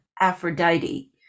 aphrodite